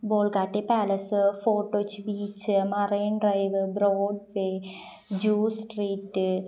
Bolgatty palace fort Kochi beach marine drive Broadway Jew street